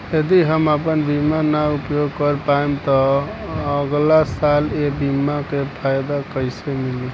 यदि हम आपन बीमा ना उपयोग कर पाएम त अगलासाल ए बीमा के फाइदा कइसे मिली?